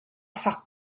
fak